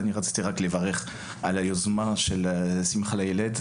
ואני רציתי רק לברך על היוזמה של שמחה לילד,